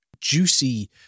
juicy